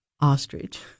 ostrich